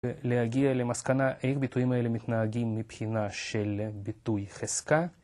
להגיע למסקנה איך ביטויים האלה מתנהגים מבחינה של ביטוי חזקה.